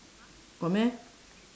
got meh